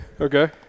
Okay